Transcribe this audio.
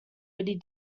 witty